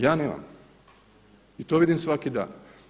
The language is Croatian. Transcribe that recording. Ja nemam i to vidim svaki dan.